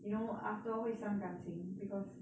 you know after all 会伤感情 because